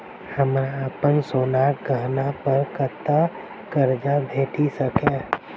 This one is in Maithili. हमरा अप्पन सोनाक गहना पड़ कतऽ करजा भेटि सकैये?